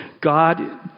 God